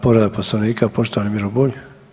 Povreda Poslovnika poštovani Miro Bulj.